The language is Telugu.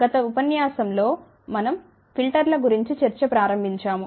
గత ఉపన్యాసం లో మనం ఫిల్టర్ల గురించి చర్చ ప్రారంభించాము